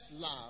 love